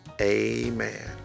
Amen